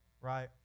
right